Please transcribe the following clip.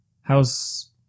How's